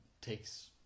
takes